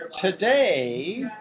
Today